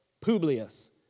Publius